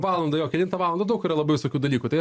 valandą jo kelintą valandą daug yra labai visokių dalykų tai